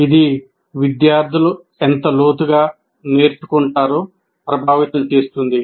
ఇది విద్యార్థులు ఎంత లోతుగా నేర్చుకుంటారో ప్రభావితం చేస్తుంది